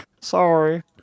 Sorry